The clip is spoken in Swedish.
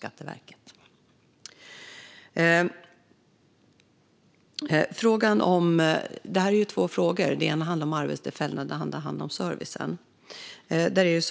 Detta är två frågor. Den ena handlar om arbetstillfällena, och den andra handlar om servicen.